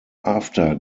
after